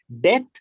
death